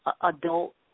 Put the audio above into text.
adult